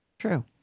true